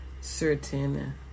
certain